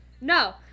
No